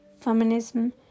feminism